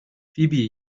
فیبی